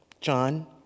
John